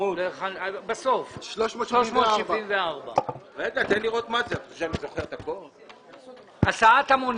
הסעת המונים.